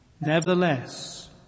Nevertheless